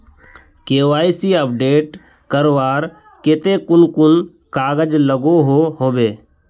KYC update करवार केते कुन कुन कागज लागोहो होबे?